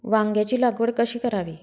वांग्यांची लागवड कशी करावी?